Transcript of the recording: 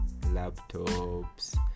laptops